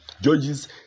Judges